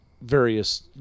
various